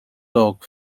dog